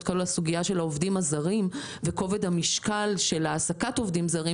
את סוגיית העובדים הזרים וכובד המשקל של העסקת עובדים זרים,